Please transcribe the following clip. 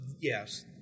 yes